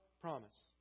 promise